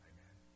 Amen